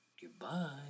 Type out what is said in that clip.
goodbye